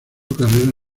carrera